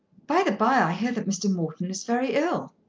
by-the-bye, i hear that mr. morton is very ill.